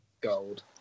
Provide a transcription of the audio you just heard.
gold